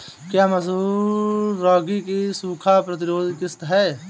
क्या मसूर रागी की सूखा प्रतिरोध किश्त है?